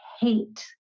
hate